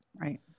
Right